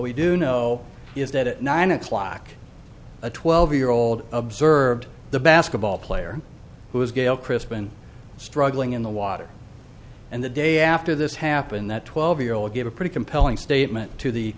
we do know is that at nine o'clock a twelve year old observed the basketball player who is gail chris been struggling in the water and the day after this happened that twelve year old gave a pretty compelling statement to